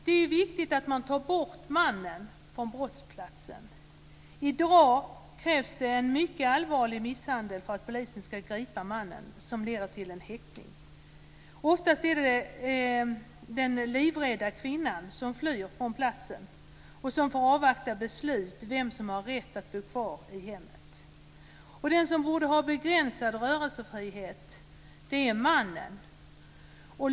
Det är viktigt att ta bort mannen från brottsplatsen. I dag krävs det en mycket allvarlig misshandel för att polisen ska gripa mannen, och som sedan leder till en häktning. Oftast är det den livrädda kvinnan som flyr från platsen och som får avvakta beslut om vem som har rätt att bo kvar i hemmet. Den som borde ha begränsad rörelsefrihet är mannen.